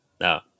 No